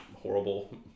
horrible